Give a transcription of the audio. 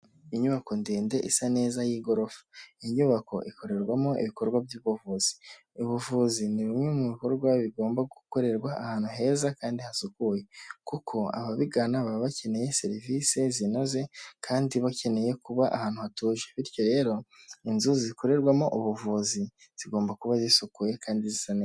Inyubako ndende isa neza y'igorofa, iyi nyubako ikorerwamo ibikorwa by'ubuvuzi, ubuvuzi ni bimwe mu bikorwa bigomba gukorerwa ahantu heza kandi hasukuye kuko ababigana baba bakeneye serivisi zinoze kandi bakeneye kuba ahantu hatuje, bityo rero inzu zikorerwamo ubuvuzi zigomba kuba zisukuye kandi zisa neza.